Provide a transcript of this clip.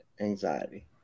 anxiety